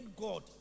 God